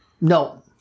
no